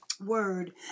word